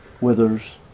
withers